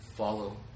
Follow